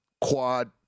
quad